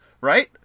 right